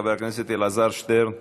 חבר הכנסת אלעזר שטרן